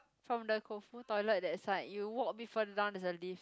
from the Koufu toilet that side you walk a bit further down there's a lift